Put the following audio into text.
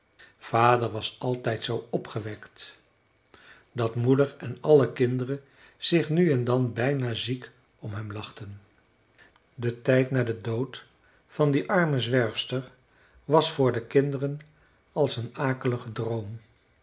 vader was altijd zoo opgewekt dat moeder en alle kinderen zich nu en dan bijna ziek om hem lachten de tijd na den dood van die arme zwerfster was voor de kinderen als een akelige droom